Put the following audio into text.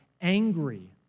angry